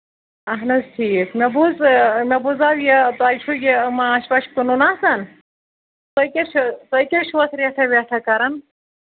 اَہَن حظ ٹھیٖک مےٚ بوٗز مےٚ بوٗزو یہِ تۄہہِ چھُو یہِ ماچھ واچھ کٕنُن آسان تُہۍ کیٛاہ چھُ تُہۍ کیٛاہ چھُو اَتھ ریٹھا وٮ۪ٹھا کَران